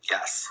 Yes